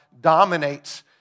dominates